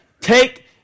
take